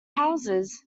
houses